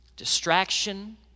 distraction